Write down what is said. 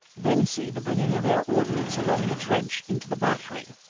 then see the bringing of our ordnance along the trench into the battery,